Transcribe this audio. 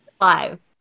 live